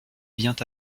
vient